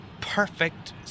perfect